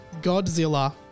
Godzilla